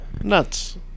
Nuts